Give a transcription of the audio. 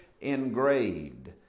engraved